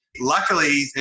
Luckily